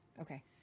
Okay